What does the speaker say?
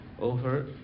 over